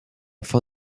fin